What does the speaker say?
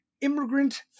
immigrant